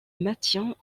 maintient